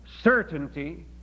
certainty